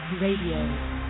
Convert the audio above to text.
Radio